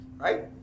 right